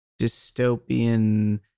dystopian